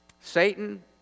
satan